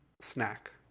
snack